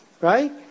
right